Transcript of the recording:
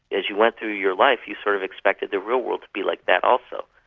as you went through your life you sort of expected the real world to be like that also.